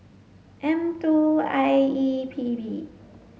M two I E P B